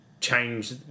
change